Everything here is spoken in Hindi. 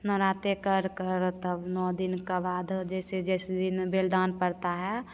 नवरात्रि कर कर तब नौ दिन का बाद जैसे जिस दिन बेलदान पड़ता है